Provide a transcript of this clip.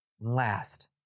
Last